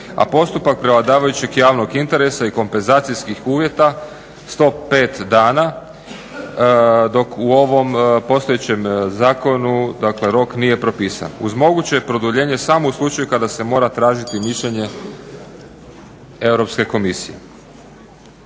a postupak prevladavajućeg javnog interesa i kompenzacijskih uvjeta 105 dana dok u ovom postojećem zakonu dakle rok nije propisan. Uz moguće produljenje samo u slučaju kada se mora tražiti mišljenje Europske komisije.